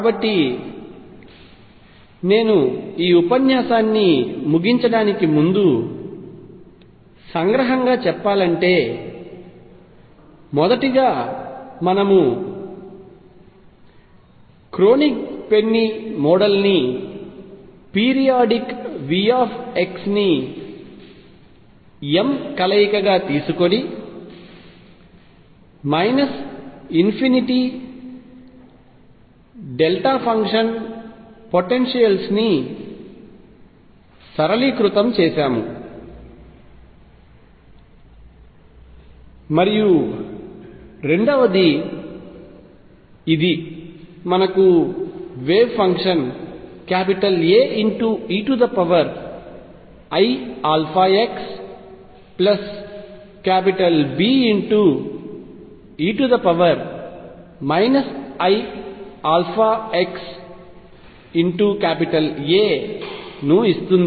కాబట్టి ఈ ఉపన్యాసాన్ని ముగించడానికి ముందు సంగ్రహంగా చెప్పాలంటే మొదటిగా మనము క్రోనిగ్ పెన్నీ మోడల్ ని పీరియాడిక్ V ని m కలయికగా తీసుకొని మైనస్ ఇన్ఫినిటీ డెల్టా ఫంక్షన్ పొటెన్షియల్స్ని సరళీకృతం చేశాము మరియు రెండవది ఇది మనకు వేవ్ ఫంక్షన్ AeiαxBe iαxA ని ఇస్తుంది